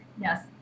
Yes